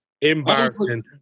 Embarrassing